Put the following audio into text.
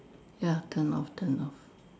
ya turn off turn off